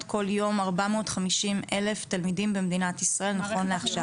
כל יום 450,000 תלמידים בישראל נכון לעכשיו?